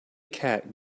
cat